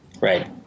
Right